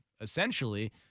essentially